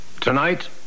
Tonight